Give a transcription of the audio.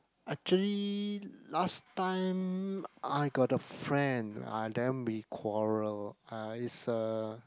actually last time I got a friend ah then be quarrel ah is a